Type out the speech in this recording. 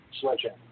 sledgehammer